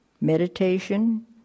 meditation